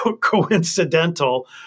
coincidental